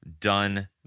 done